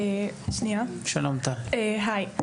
היי,